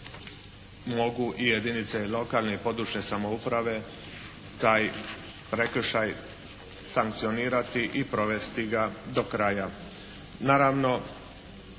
mogu i jedinice lokalne i područne samouprave taj prekršaj sankcionirati i provesti ga do kraja.